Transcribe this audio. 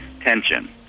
tension